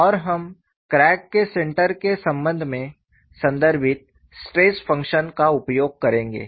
और हम क्रैक के सेंटर के संबंध में संदर्भित स्ट्रेस फ़ंक्शन का उपयोग करेंगे